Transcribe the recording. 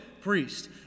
priest